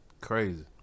crazy